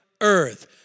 earth